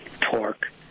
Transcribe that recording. torque